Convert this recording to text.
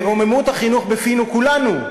רוממות החינוך בפינו כולנו,